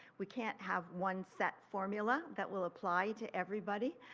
we cannot have one set formula that will oblige ah everybody.